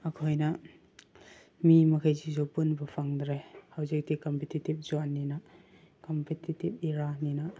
ꯑꯩꯈꯣꯏꯅ ꯃꯤ ꯃꯈꯩꯁꯤꯁꯨ ꯄꯨꯟꯕ ꯐꯪꯗ꯭ꯔꯦ ꯍꯧꯖꯤꯛꯇꯤ ꯀꯝꯄꯤꯇꯤꯇꯤꯕ ꯖꯣꯟꯅꯤꯅ ꯀꯝꯄꯤꯇꯤꯇꯤꯕ ꯏꯔꯥꯅꯤꯅ